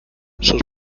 sus